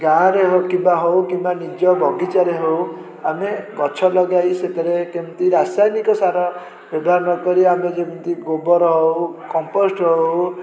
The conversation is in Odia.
ଗାଁରେ ହେଉ କିବା ହେଉ କିମ୍ବା ନିଜ ବଗିଚାରେ ହେଉ ଆମେ ଗଛ ଲଗାଇ ସେଥିରେ କେମତି ରାସାୟନିକ ସାର ବ୍ୟବହାର ନକରି ଆମେ ଯେମତି ଗୋବର ହେଉ କମ୍ପୋଷ୍ଟ୍ ହେଉ